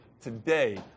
today